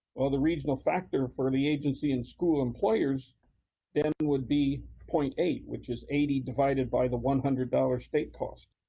the regional factor for the agency and school employers then would be zero point eight, which is eighty divided by the one hundred dollars state cost.